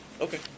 Okay